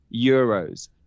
euros